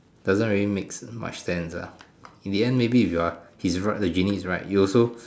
doesn't know really makes much sense ah in the end maybe if you're he's right if the genie is right you also